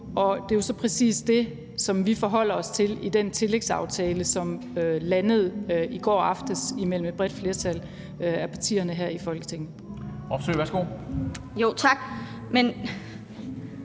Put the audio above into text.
Og det er så præcis det, som vi forholder os til i den tillægsaftale, som landede i går aftes imellem et bredt flertal af partierne her i Folketinget.